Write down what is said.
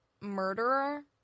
murderer